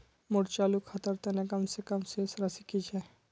मोर चालू खातार तने कम से कम शेष राशि कि छे?